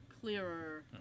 clearer